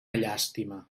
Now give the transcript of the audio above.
llàstima